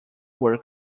work